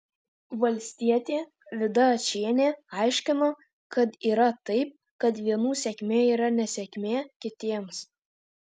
valstietė vida ačienė aiškino kad yra taip kad vienų sėkmė yra nesėkmė kitiems